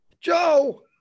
Joe